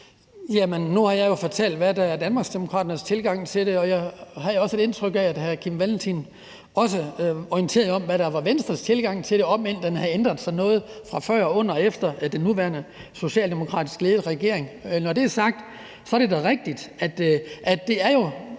(DD): Nu har jeg jo fortalt, hvad der er Danmarksdemokraternes tilgang til det, og jeg har jo også indtryk af, at hr. Kim Valentin er orienteret om, hvad der er Venstres tilgang til det, om end den har ændret sig noget fra før til under den nuværende socialdemokratisk ledede regering. Når det er sagt, er det da rigtigt, at det jo